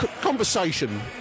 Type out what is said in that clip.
conversation